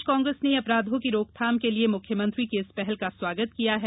प्रदेश कांग्रेस ने अपराधों की रोकथाम के लिये मुख्यमंत्री की इस पहल का स्वागत किया है